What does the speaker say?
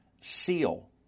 seal